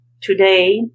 today